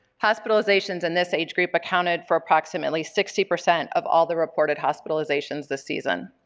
hospitalizations in this age group accounted for approximately sixty percent of all the reported hospitalizations this season.